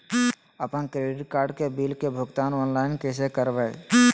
अपन credit card के bill के भुगतान ऑनलाइन कैसे करबैय?